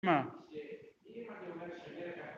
מה?